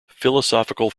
philosophical